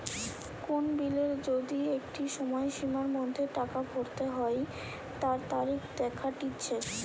কোন বিলের যদি একটা সময়সীমার মধ্যে টাকা ভরতে হই তার তারিখ দেখাটিচ্ছে